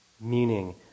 meaning